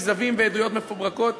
כזבים ועדויות מפוברקות